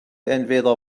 entweder